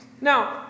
Now